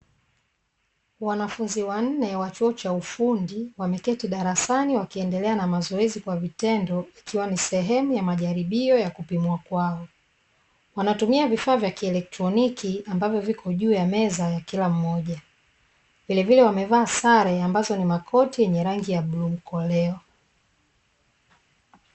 Wanafuzni wanne wa chuo cha ufundi, wameketi darasani na kuendelea na mazoezi kwa vitendo, ikiwa ni sehemu ya majaribio ya kupimwa kwao. Wanatumia vifaa vya kieletroniki ambavyo vipo juu ya meza ya kila mmoja. Vile vile wamevaa sare ambazo ni makoti yenye rangi ya bluu mkoleo.